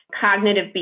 cognitive